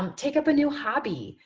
um take up a new hobby,